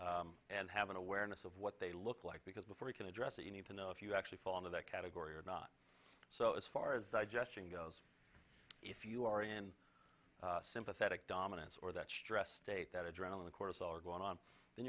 those and have an awareness of what they look like because before we can address it you need to know if you actually fall into that category or not so as far as digestion goes if you are in sympathetic dominance or that stress state that adrenaline cortisol are going on then